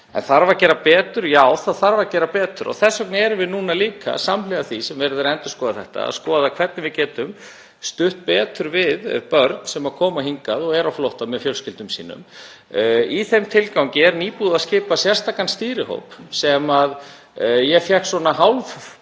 En þarf að gera betur? Já, það þarf að gera betur. Þess vegna erum við núna líka, samhliða því að verið er að endurskoða þetta, að skoða hvernig við getum stutt betur við þau börn sem koma hingað og eru á flótta með fjölskyldum sínum. Í þeim tilgangi er nýbúið að skipa sérstakan stýrihóp þar sem ég fékk